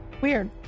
Weird